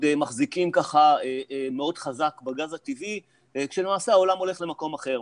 מחזיקים ככה מאוד חזק בגז הטבעי כשלמעשה העולם הולך למקום אחר.